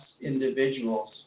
individuals